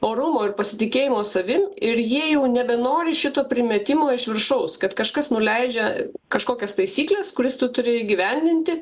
orumo ir pasitikėjimo savim ir jie jau nebenori šito primetimo iš viršaus kad kažkas nuleidžia kažkokias taisykles kurias tu turi įgyvendinti